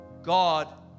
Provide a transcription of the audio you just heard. God